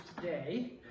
today